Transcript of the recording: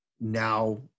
now